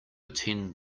attend